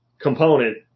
component